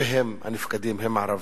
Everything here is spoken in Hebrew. והם, הנפקדים, הם ערבים,